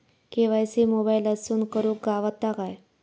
KYC मोबाईलातसून करुक गावता काय?